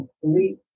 complete